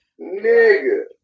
Nigga